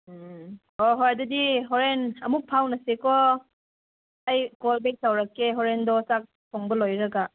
ꯎꯝ ꯍꯣꯏ ꯍꯣꯏ ꯑꯗꯨꯗꯤ ꯍꯣꯔꯦꯟ ꯑꯃꯨꯛ ꯐꯥꯎꯅꯁꯤꯀꯣ ꯑꯩ ꯀꯣꯜ ꯕꯦꯛ ꯇꯧꯔꯛꯀꯦ ꯍꯣꯔꯦꯟꯗꯣ ꯆꯥꯛ ꯊꯣꯡꯕ ꯂꯣꯏꯔꯒ